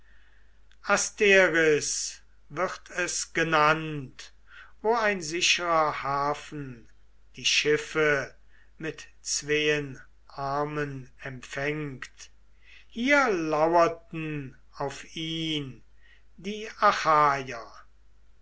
wird es genannt wo ein sicherer hafen die schiffe mit zween armen empfängt hier laurten auf ihn die